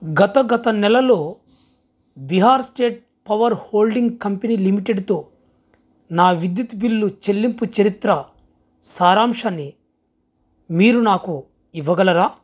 గత గత నెలలో Bihar state power holding company లిమిటెడ్తో నా విద్యుత్ బిల్లు చెల్లింపు చరిత్ర సారాంశన్ని మీరు నాకు ఇవ్వగలరా